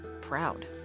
Proud